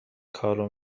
کارو